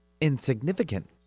insignificant